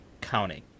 counting